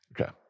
Okay